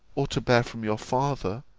or to bear from your father,